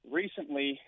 recently